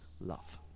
love